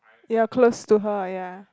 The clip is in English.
you're close to her yeah